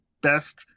best